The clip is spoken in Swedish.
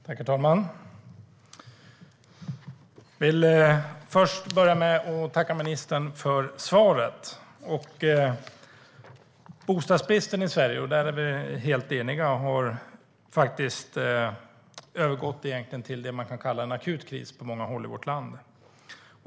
Herr talman! Jag vill börja med att tacka ministern för svaret. Vi är helt eniga om att bostadsbristen i Sverige har övergått till vad man kan kalla en akut kris på många håll i vårt land.